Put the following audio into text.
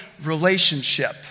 relationship